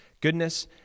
goodness